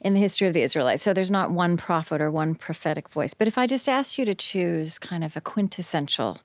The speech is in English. in the history of the israelites, so there's not one prophet or one prophetic voice. but if i just ask you to choose kind of a quintessential